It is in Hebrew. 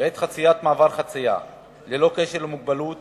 בעת חציית מעבר חצייה, ללא קשר למוגבלות